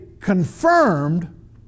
confirmed